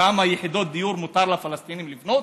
כמה יחידות דיור מותר לפלסטינים לבנות?